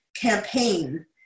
campaign